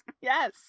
Yes